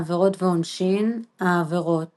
עבירות ועונשין העבירות